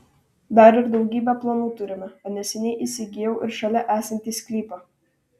dar ir daugybę planų turime o neseniai įsigijau ir šalia esantį sklypą